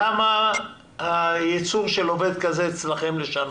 כמה הייצור של עובד כזה אצלכם לשנה?